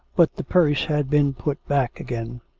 but the purse had been put back again.